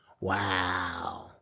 Wow